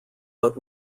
but